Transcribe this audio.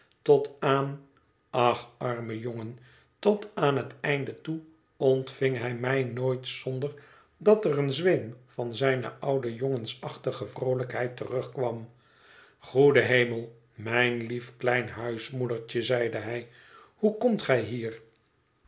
tot aan ach arme jongen tot aan het einde toe ontving hij mij nooit zonder dat er een zweem van zijne oude jongensachtige vroolijkheid terugkwam goede hemel mijn lief klein huismoedertje zeide hij hoe komt gij hier